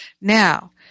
Now